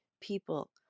people